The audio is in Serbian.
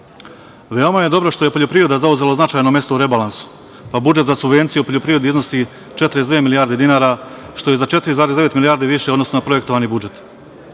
je dobro što je poljoprivreda zauzela značajno mesto u rebalansu, pa budžet za subvencije u poljoprivredi iznosi 42 milijarde dinara, što je za 4,9 milijarde više u odnosu na projektovani budžet. Najveći